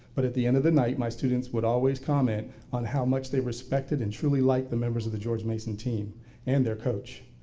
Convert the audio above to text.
but at the end of the night my students would always comment on how much they respected and truly liked the members of the george mason team and their coach.